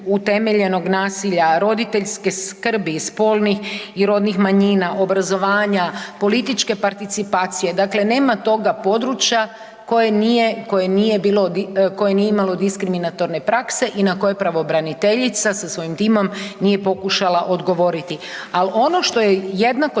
nasilja, rodiljske skrbi, spolnih i rodnih manjina, obrazovanja, političke participacije, dakle nema toga područja koje nije, koje nije imalo diskriminatorne prakse i na koje pravobraniteljica sa svojim timom nije pokušala odgovoriti. Ali ono što je jednako